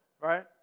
right